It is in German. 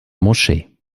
moschee